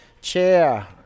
chair